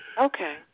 Okay